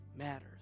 matters